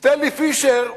סטנלי פישר,